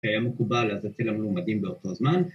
‫שהיה מקובל אז אצל המלומדים ‫באותו זמן.